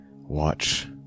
watch